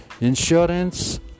insurance